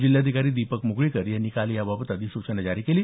जिल्हाधिकारी दीपक मुगळीकर यांनी काल याबाबत अधिसूचना जारी केली